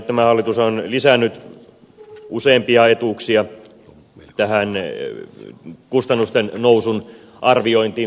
tämä hallitus on lisännyt useampia etuuksia mukaan tähän kustannusten nousun arviointiin